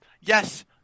Yes